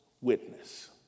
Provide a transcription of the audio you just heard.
witness